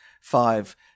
five